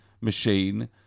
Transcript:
machine